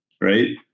right